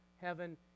heaven